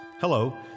Hello